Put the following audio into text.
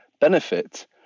benefit